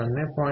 5 0